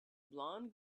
blonde